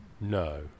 No